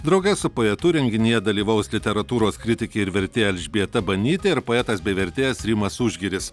drauge su poetu renginyje dalyvaus literatūros kritikė ir vertėja elžbieta banytė ir poetas bei vertėjas rimas užgiris